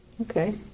Okay